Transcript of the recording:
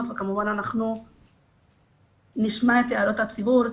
וכמובן אנחנו נשמע את הערות הציבור,